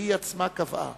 שהיא עצמה קבעה